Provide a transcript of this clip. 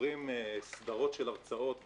וסדרות של הרצאות וסדנאות,